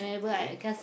okay